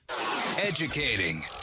Educating